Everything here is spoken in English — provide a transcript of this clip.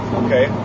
okay